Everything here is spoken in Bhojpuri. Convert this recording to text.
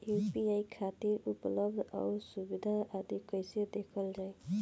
यू.पी.आई खातिर उपलब्ध आउर सुविधा आदि कइसे देखल जाइ?